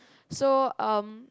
so um